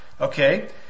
Okay